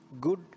good